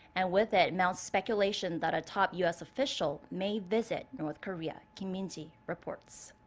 and with it mounts speculation that a top u s. official may visit north korea. kim min-ji reports.